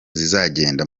zizagenda